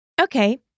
Okay